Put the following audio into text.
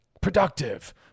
productive